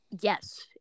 Yes